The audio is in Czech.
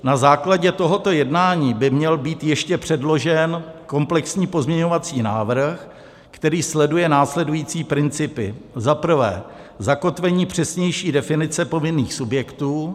Na základě tohoto jednání by měl být ještě předložen komplexní pozměňovací návrh, který sleduje následující principy: za prvé, zakotvení přesnější definice povinných subjektů;